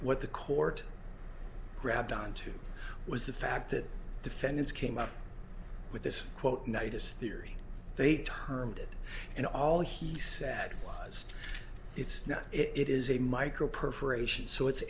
what the court grabbed onto was the fact that defendants came up with this quote night as theory they termed it and all he said was it's not it is a micro perforation so it's